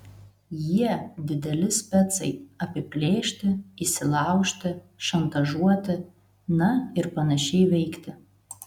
jie dideli specai apiplėšti įsilaužti šantažuoti na ir panašiai veikti